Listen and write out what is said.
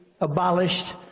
abolished